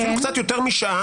אפילו קצת יותר משעה,